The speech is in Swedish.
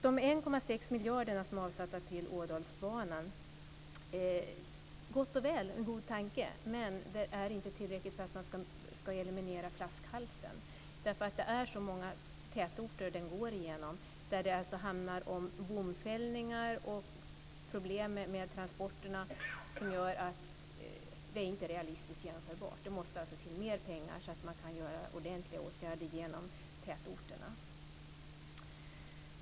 De 1,6 miljarder som är avsatta till Ådalsbanan är en god tanke. Men det är inte tillräckligt för att man ska eliminera flaskhalsen. Det är så många tätorter den går igenom. Det handlar om bomfällningar och problem med transporterna. Det gör att det inte är realistiskt genomförbart. Det måste till mer pengar så att man kan vidta ordentliga åtgärder genom tätorterna.